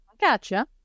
gotcha